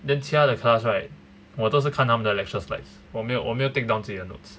then 其他的 class right 我都是看他们的 lecture slides 我没有没有我没有 take down 自己的 notes